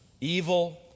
evil